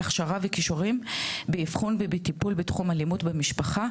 הכשרה וכישורים באבחון ובטיפול בתחום אלימות במשפחה,